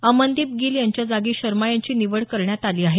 अमनदीप गिल यांच्या जागी शर्मा यांची निवड करण्यात आली आहे